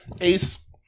Ace